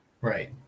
Right